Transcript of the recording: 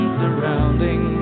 surrounding